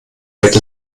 wird